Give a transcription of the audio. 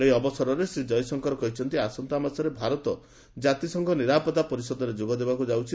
ଏହି ଅବସରରେ ଶ୍ରୀ କୟଶଙ୍କର କହିଛନ୍ତି ଆସନ୍ତା ମାସରେ ଭାରତ ଜାତିସଂଘ ନିରାପତ୍ତା ପରିଷଦରେ ଯୋଗ ଦେବାକୁ ଯାଉଛି